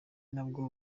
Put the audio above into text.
nabwo